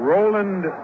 Roland